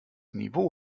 niveau